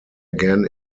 again